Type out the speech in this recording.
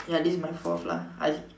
ya this is my fourth lah I